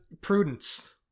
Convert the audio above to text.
Prudence